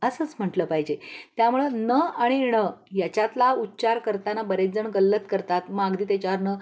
असंच म्हटलं पाहिजे त्यामुळं न आणि ण याच्यातला उच्चार करताना बरेचजण गल्लत करतात मग अगदी त्याच्यावरनं